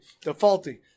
defaulting